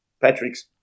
Patrick's